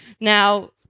Now